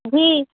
جی